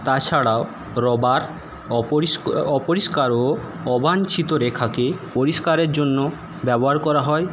তাছাড়াও রবার অপরিষ্কার অপরিষ্কার ও অবাঞ্ছিত রেখাকে পরিষ্কারের জন্য ব্যবহার করা হয়